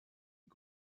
est